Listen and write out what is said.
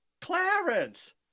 Clarence